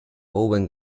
owen